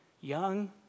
young